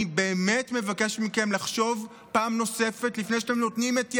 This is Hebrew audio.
אני באמת מבקש מכם לחשוב פעם נוספת לפני שאתם נותנים את ידכם,